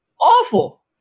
awful